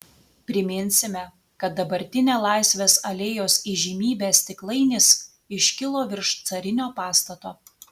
priminsime kad dabartinė laisvės alėjos įžymybė stiklainis iškilo virš carinio pastato